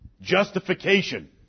Justification